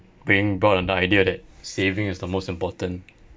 being brought on the idea that saving is the most important